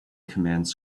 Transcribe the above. commands